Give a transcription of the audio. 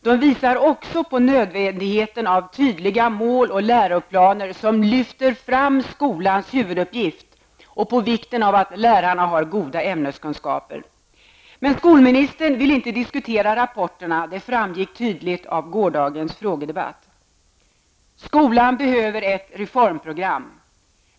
De visar också på nödvändigheten av tydliga mål och läroplaner som lyfter fram skolans huvuduppgift och på vikten av att lärarna har goda ämneskunskaper. Skolministern vill inte diskutera rapporterna. Det framgick tydligt av gårdagens frågedebatt. Skolan behöver ett reformprogram.